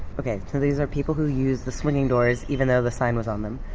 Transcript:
okay. so these are people who used the swinging doors even though the sign was on them.